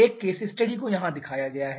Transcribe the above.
एक case study को यहां दिखाया गया है